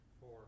four